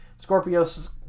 Scorpio's